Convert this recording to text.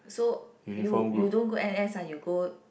so you you don't go N_S ah you go